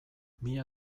mila